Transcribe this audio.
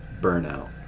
burnout